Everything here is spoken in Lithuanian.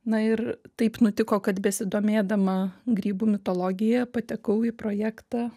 na ir taip nutiko kad besidomėdama grybų mitologija patekau į projektą